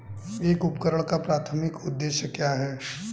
एक उपकरण का प्राथमिक उद्देश्य क्या है?